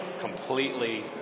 completely